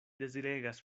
deziregas